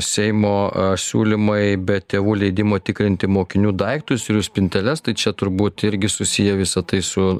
seimo siūlymai be tėvų leidimo tikrinti mokinių daiktus ir jų spinteles tai čia turbūt irgi susiję visa tai su